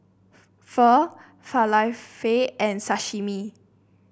Pho Falafel and Sashimi